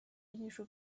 艺术